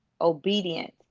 obedient